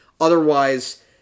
Otherwise